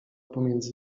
pomiędzy